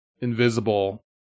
invisible